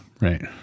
right